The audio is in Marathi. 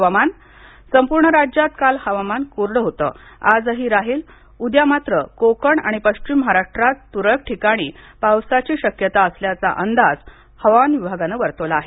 हवामान संपूर्ण राज्यात काल हवामान कोरडं होतं आजही राहील उद्या मात्र कोकण आणि पश्चिम महाराष्ट्रात तुरळक ठिकाणी पावसाची शक्यता असल्याचा अंदाज हवामान विभागानं वर्तवला आहे